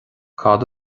cad